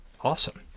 Awesome